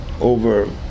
over